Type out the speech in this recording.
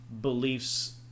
beliefs